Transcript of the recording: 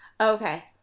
Okay